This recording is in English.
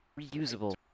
Reusable